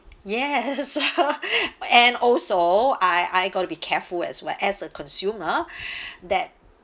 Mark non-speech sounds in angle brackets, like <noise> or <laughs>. yes <laughs> <breath> and also I I got to be careful as well as a consumer <breath> that